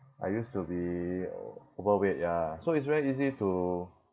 I used to be o~ overweight ya so it's very easy to